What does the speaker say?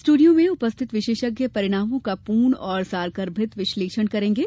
studio में उपस्थित विशेषज्ञ परिणामों का पूर्ण और सारगर्भित विश्लेषण करेंगे